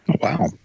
Wow